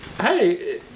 hey